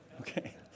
Okay